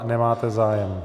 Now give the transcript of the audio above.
Nemáte zájem.